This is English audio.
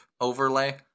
overlay